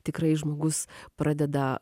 tikrai žmogus pradeda